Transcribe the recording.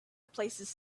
places